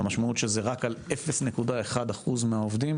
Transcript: המשמעות שזה רק על 0.1% מהעובדים.